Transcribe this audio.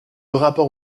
rapport